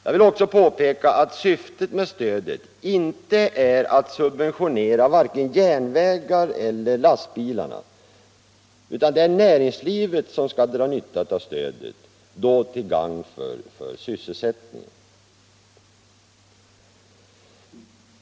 Jag vill också erinra om att syftet med transportstödet inte är att subventionera vare sig järnvägarna eller lastbilarna, utan det är näringslivet som skall dra nytta av stödet, till gagn för sysselsättningen.